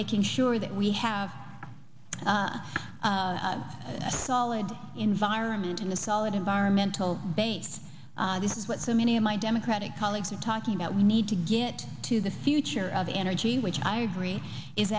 making sure that we have solid environment in the solid environmental base this is what so many of my democratic colleagues are talking about we need to get to the future of energy which i agree is